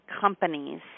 companies